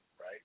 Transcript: right